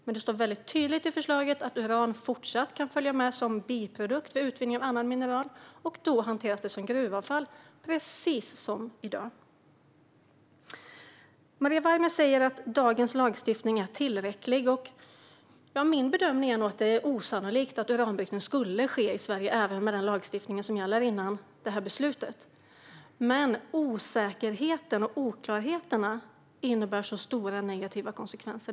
Men det står väldigt tydligt i förslaget att uran fortsatt kan följa med som biprodukt vid utvinning av annat mineral, och då hanteras det som gruvavfall, precis som i dag. Maria Weimer säger att dagens lagstiftning är tillräcklig. Min bedömning är nog att det även med den lagstiftning som gäller fram till det här beslutet är osannolikt att uranbrytning skulle ske i Sverige. Men osäkerheten och oklarheterna innebär stora negativa konsekvenser.